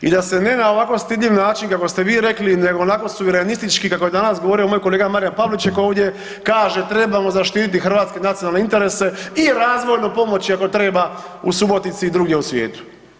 I da se ne na ovako stidljiv način kako ste vi rekli, nego onako suverenistički kako je danas govorio moj kolega Marijan Pavliček ovdje kaže trebamo zaštititi hrvatske nacionalne interese i razvojnoj pomoći ako treba u Subotici i drugdje u svijetu.